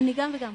אני גם וגם.